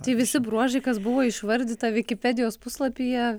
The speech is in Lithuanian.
tai visi bruožai kas buvo išvardyta vikipedijos puslapyje